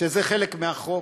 שזה חלק מהחוק,